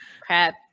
crap